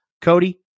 Cody